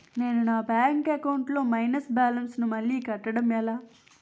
నేను నా bank account లొ మైనస్ బాలన్స్ ను మళ్ళీ కట్టడం ఎలా?